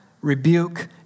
rebuke